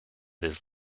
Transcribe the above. his